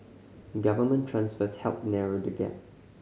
government transfers helped narrow the gap